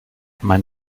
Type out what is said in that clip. mein